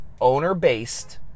owner-based